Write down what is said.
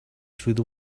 through